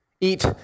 Eat